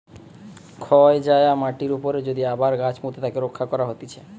ক্ষয় যায়া মাটির উপরে যদি আবার গাছ পুঁতে তাকে রক্ষা করা হতিছে